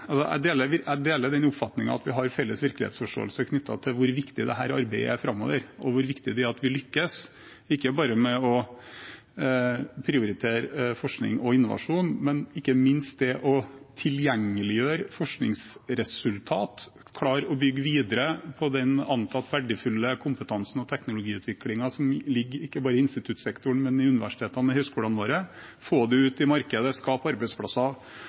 den oppfatningen at vi har felles virkelighetsforståelse knyttet til hvor viktig dette arbeidet er framover, og hvor viktig det er at vi lykkes, ikke bare med å prioritere forskning og innovasjon, men ikke minst også med å tilgjengeliggjøre forskningsresultater. Vi må klare å bygge videre på den antatt verdifulle kompetansen og teknologiutviklingen som ligger ikke bare i instituttsektoren, men i universitetene og høyskolene våre, få det ut i markedet, skape arbeidsplasser